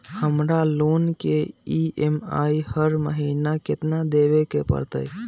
हमरा लोन के ई.एम.आई हर महिना केतना देबे के परतई?